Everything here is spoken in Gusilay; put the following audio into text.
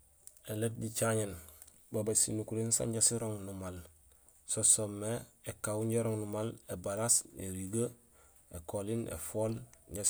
Ēni léét jicaŋéén babay sinukuréén sanja sirong numaal so soomé ékaaw inja érong numaal, ébalas, érigee, ékoliin, éfool